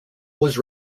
was